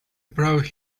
brought